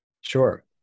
Sure